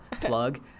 plug